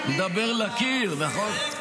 נדבר לקיר, נכון.